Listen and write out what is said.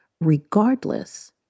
regardless